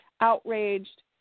outraged